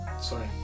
Sorry